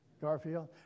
Garfield